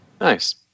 Nice